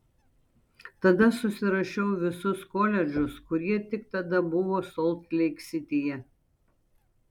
tada susirašiau visus koledžus kurie tik tada buvo solt leik sityje